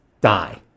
die